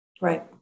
Right